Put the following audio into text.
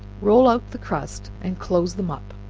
roll out the crust, and close them up,